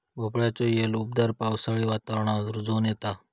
भोपळ्याचो येल उबदार पावसाळी वातावरणात रुजोन येता